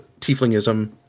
tieflingism